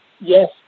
yes